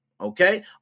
Okay